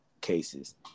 cases